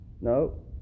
No